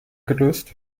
gelöst